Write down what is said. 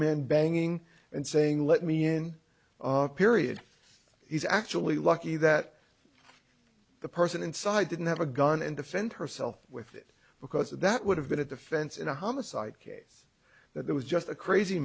man banging and saying let me in period he's actually lucky that the person inside didn't have a gun and defend herself with it because that would have been a defense in a homicide case that was just a crazy